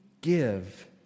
give